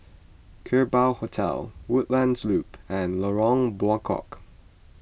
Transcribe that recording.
Kerbau Hotel Woodlands Loop and Lorong Buangkok